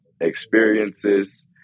experiences